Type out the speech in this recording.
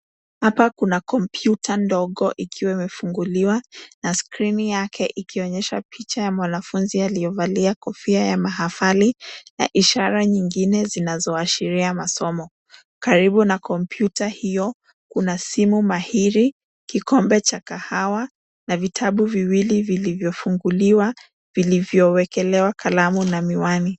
Hapa kuna kompyuta ndogo ikiwa imefunguliwa, na skrini yake ikionyesha picha ya mwanafunzi aliyevalia kofia ya mahafali na ishara nyingine zinazoashiria masomo. Karibu na kompyuta hiyo, kuna simu mahiri, kikombe cha kahawa, na vitabu viwili vilivyofunguliwa, vilivyowekelewa kalamu na miwani.